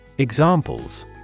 examples